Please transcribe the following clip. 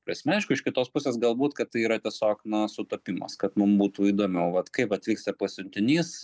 prasme aišku iš kitos pusės galbūt kad tai yra tiesiog na sutapimas kad mum būtų įdomiau vat kaip atvyksta pasiuntinys